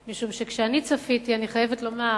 משום שכשאני צפיתי, אני חייבת לומר,